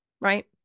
right